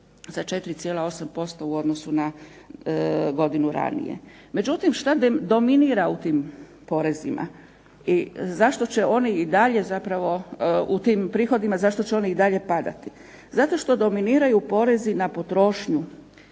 za 4,8% u odnosu na godinu ranije. Međutim, šta dominira u tim porezima i zašto će oni i dalje zapravo, u tim prihodima zašto će oni i dalje padati? Zato što dominiraju porezi na potrošnju.